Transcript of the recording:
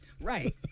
Right